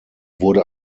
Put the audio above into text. wurde